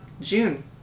June